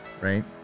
right